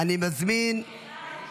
אני מזמין את